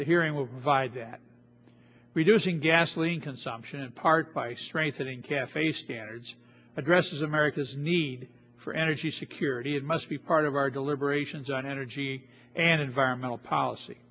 the hearing a vibe that reducing gasoline consumption in part by strengthening cafe standards addresses america's need for energy security it must be part of our deliberations on energy and environmental policy